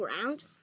ground